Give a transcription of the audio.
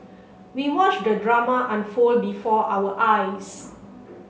we watched the drama unfold before our eyes